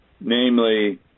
namely